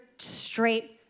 straight